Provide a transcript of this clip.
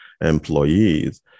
employees